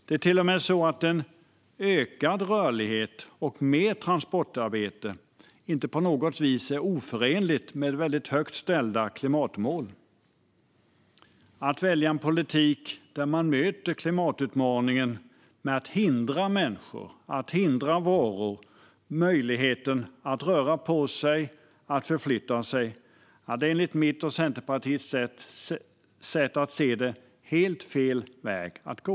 Det är till och med så att en ökad rörlighet och mer transportarbete inte på något vis är oförenligt med högt ställda klimatmål. Att välja en politik där man möter klimatutmaningen med att hindra människor och varor från möjligheten att röra på sig och förflytta sig är enligt mitt och Centerpartiets sätt att se det helt fel väg att gå.